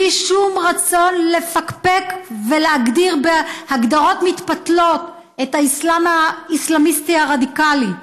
בלי שום רצון לפקפק ולהגדיר בהגדרות מתפתלות את האסלאם הרדיקלי.